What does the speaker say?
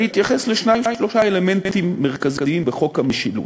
אני אתייחס לשניים-שלושה אלמנטים מרכזיים בחוק המשילות.